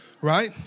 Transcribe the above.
right